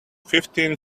fifteen